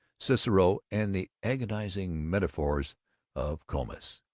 cicero, and the agonizing metaphors of comus.